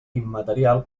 immaterial